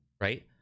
Right